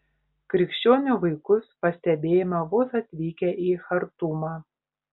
krikščionių vaikus pastebėjome vos atvykę į chartumą